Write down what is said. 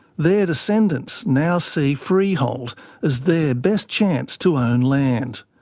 their descendants now see freehold as their best chance to own land.